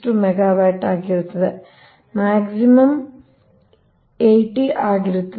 662 megawatt ಆಗಿರುತ್ತದೆ maximum 80 ಆಗಿರುತ್ತದೆ